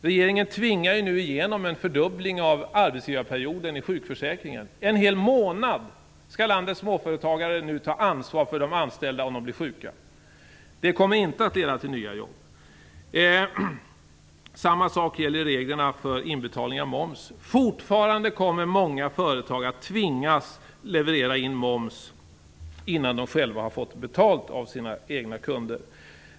Regeringen tvingar nu igenom en fördubbling av arbetsgivarperioden i sjukförsäkringen - en hel månad skall landets småföretagare nu ta ansvar för de anställdas sjukdom. Det kommer inte att leda till nya jobb. Samma sak gäller reglerna för inbetalning av moms. Fortfarande kommer många företag att tvingas leverera in moms innan de själva har fått betalt av sina kunder.